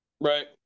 Right